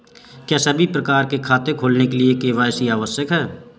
क्या सभी प्रकार के खाते खोलने के लिए के.वाई.सी आवश्यक है?